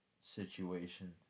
situation